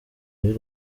y’u